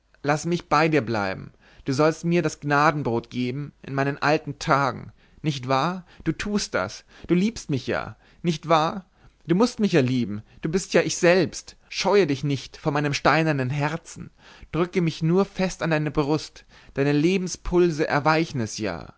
laß mich bei dir bleiben du sollst mir das gnadenbrot geben in meinen alten tagen nicht wahr du tust das du liebst mich ja nicht wahr du mußt mich ja lieben du bist ja ich selbst scheue dich nicht vor meinem steinernen herzen drücke mich nur fest an deine brust deine lebenspulse erweichen es ja